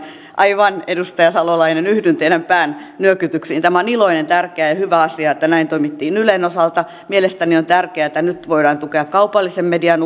aivan edustaja salolainen yhdyn teidän päännyökytyksiinne on iloinen tärkeä ja hyvä asia että näin toimittiin ylen osalta mielestäni on tärkeää että nyt voidaan tukea kaupallisen median